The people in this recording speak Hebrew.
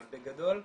אבל בגדול,